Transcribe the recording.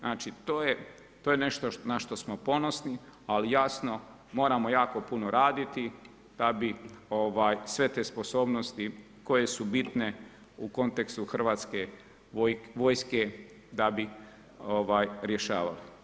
Znači to je nešto na što smo ponosni, ali jasno moramo jako puno raditi da bi sve te sposobnosti koje su bitne u kontekstu Hrvatske vojske da bi rješavali.